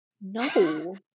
No